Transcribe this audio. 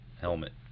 helmet